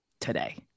today